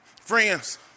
Friends